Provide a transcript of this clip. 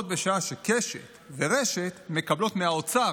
בשעה שקשת ורשת מקבלות מהאוצר